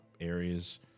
areas